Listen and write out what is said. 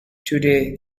today